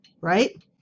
Right